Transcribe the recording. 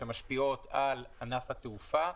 שמשפיעות על ענף התעופה,